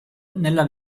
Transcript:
nella